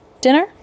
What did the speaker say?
dinner